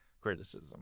criticism